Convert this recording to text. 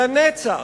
לנצח,